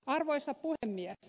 arvoisa puhemies